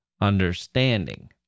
understanding